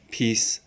peace